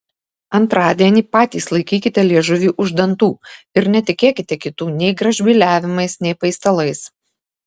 antradienį patys laikykite liežuvį už dantų ir netikėkite kitų nei gražbyliavimais nei paistalais